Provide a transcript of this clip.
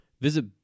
Visit